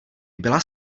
byla